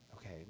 Okay